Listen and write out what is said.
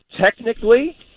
technically